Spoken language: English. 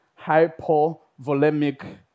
hypovolemic